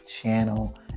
channel